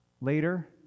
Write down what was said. Later